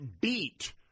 beat